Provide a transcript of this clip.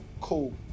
cool